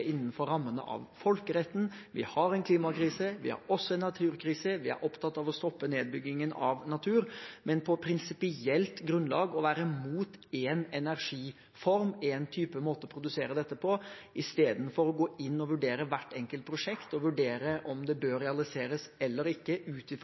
innenfor rammene av folkeretten. Vi har en klimakrise, vi har også en naturkrise, og vi er opptatt av å stoppe nedbyggingen av natur. Men på prinsipielt grunnlag å være imot én energiform, én type måte å produsere dette på, istedenfor å gå inn og vurdere hvert enkelt prosjekt og vurdere om det